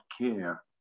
care